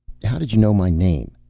how did you know my name?